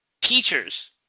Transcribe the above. Teachers